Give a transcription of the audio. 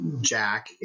Jack